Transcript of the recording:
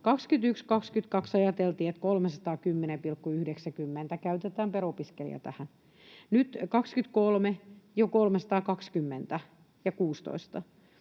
21—22 ajateltiin, että 310,90 käytetään per opiskelija tähän, nyt 23 jo 320,16.